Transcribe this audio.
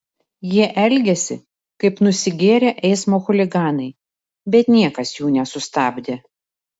jie elgėsi kaip nusigėrę eismo chuliganai bet niekas jų nesustabdė